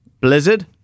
Blizzard